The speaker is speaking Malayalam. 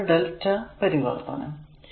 അതാണ് lrmΔ പരിവർത്തനം